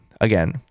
Again